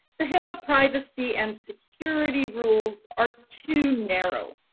the hipaa privacy and security rules are too narrow.